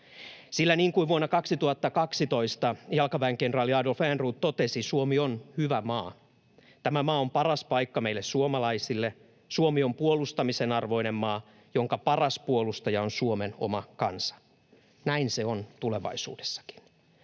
Sillä niin kuin vuonna 2002 jalkaväenkenraali Adolf Ehrnrooth totesi: ”Suomi on hyvä maa. Tämä on paras paikka meille suomalaisille. Suomi on puolustamisen arvoinen maa, jonka paras puolustaja on Suomen oma kansa.” Näin se on tulevaisuudessakin.